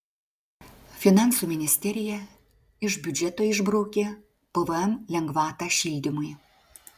finansų ministerija iš biudžeto išbraukė pvm lengvatą šildymui